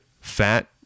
Fat